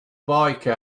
biker